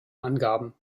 angaben